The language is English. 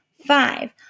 Five